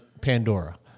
Pandora